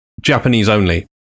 Japanese-only